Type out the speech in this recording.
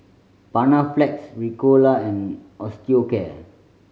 Panaflex Ricola and Osteocare